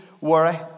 worry